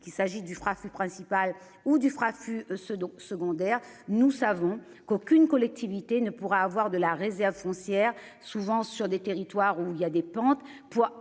qu'il s'agit du froid. Son principal ou du fera-ce donc secondaire. Nous savons qu'aucune collectivité ne pourra avoir de la réserve foncière souvent sur des territoires où il y a des pentes